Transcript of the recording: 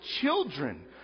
children